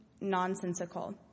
nonsensical